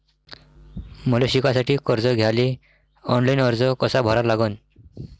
मले शिकासाठी कर्ज घ्याले ऑनलाईन अर्ज कसा भरा लागन?